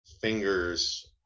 fingers